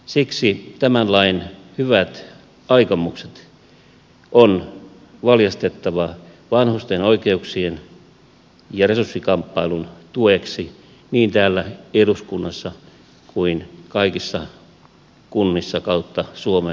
siksi tämän lain hyvät aikomukset on valjastettava vanhusten oikeuksien ja resurssikamppailun tueksi niin täällä eduskunnassa kuin kaikissa kunnissa kautta suomenmaan